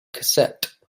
cassette